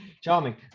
charming